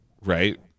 right